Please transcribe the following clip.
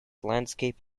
landscape